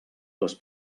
les